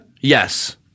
Yes